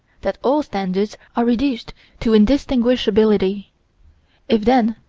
that all standards are reduced to indistinguishability if, then,